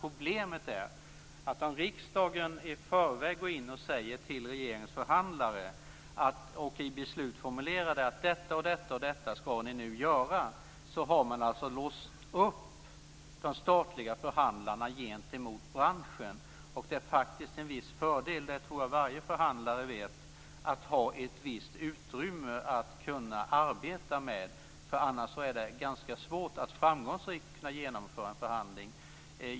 Problemet är att om riksdagen i förväg går in och säger till regeringens förhandlare, och i beslut formulerar det, att detta och detta ska de göra har vi alltså låst upp de statliga förhandlarna gentemot branschen. Det är faktiskt en fördel - det vet nog varje förhandlare - att ha ett visst utrymme att arbeta med. Annars är det ganska svårt att framgångsrikt kunna genomföra en förhandling.